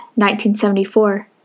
1974